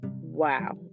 wow